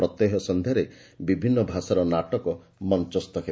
ପ୍ରତ୍ୟହ ସନ୍ଧ୍ୟାରେ ବିଭିନ୍ନ ଭାଷାର ନାଟକ ମଞ୍ଚସ୍ଥ ହେବ